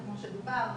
כמו שדובר,